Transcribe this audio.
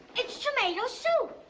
it's tomato soup!